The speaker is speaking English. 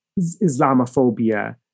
Islamophobia